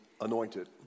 anointed